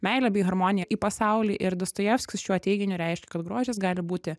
meilę bei harmoniją į pasaulį ir dostojevskis šiuo teiginiu reiškia kad grožis gali būti